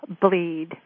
bleed